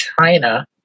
China